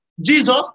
Jesus